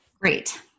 Great